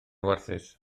warthus